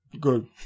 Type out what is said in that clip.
Good